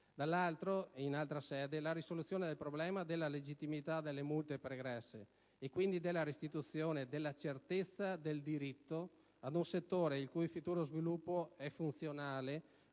dall'altro, e in altra sede, la risoluzione del problema della legittimità delle multe pregresse e, quindi, della restituzione della certezza del diritto ad un settore il cui futuro sviluppo è funzionale